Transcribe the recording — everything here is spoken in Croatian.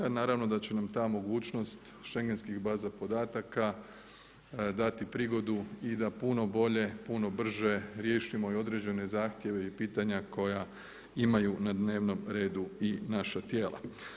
A naravno da će nam ta mogućnost šengenskih baza podataka dati prigodu i da puno bolje, puno brže riješimo i određene zahtjeve i pitanja koja imaju na dnevnom redu i naša tijela.